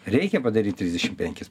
reikia padaryt trisdešim penkis